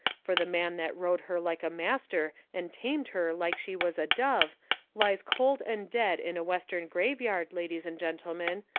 for the man that rode her like a master and tamed her like she was a dove lies cold and dead in a western graveyard, ladies and gentlemen,